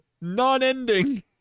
Non-ending